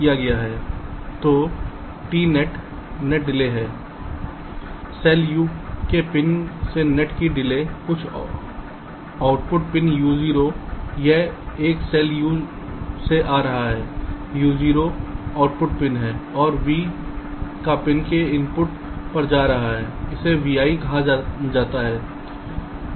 और T net e uo vi net delay है cell u के पिन से नेट की डिले कुछ आउटपुट पिन u0 यह एक सेल u से आ रहा है u0 आउटपुट पिन है और यह v का पिन के इनपुट पर जा रहा है इसे vi कहा जाता है